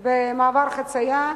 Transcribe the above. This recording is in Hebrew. נדרסו במעבר חצייה.